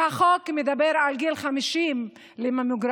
והחוק מדבר על גיל 50 בממוגרפיה.